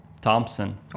Thompson